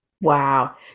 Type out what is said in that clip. Wow